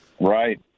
Right